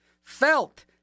felt